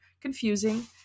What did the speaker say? confusing